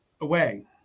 away